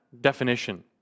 definition